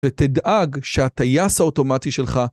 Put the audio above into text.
ותדאג שהטייס האוטומטי שלך